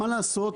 מה לעשות,